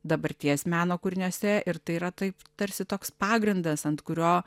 dabarties meno kūriniuose ir tai yra taip tarsi toks pagrindas ant kurio